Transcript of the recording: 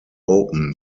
open